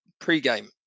pre-game